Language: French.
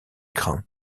grant